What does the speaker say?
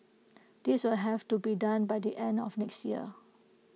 this will have to be done by the end of next year